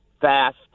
fast